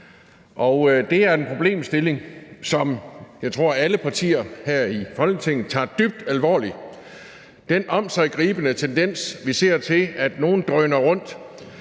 Det er en problemstilling, som jeg tror alle partier her i Folketinget tager dybt alvorligt. Den omsiggribende tendens, vi ser til, at nogen drøner rundt